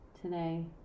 today